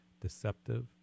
deceptive